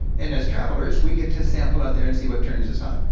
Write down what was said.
and as travelers, we get to sample out there and see what turns us on,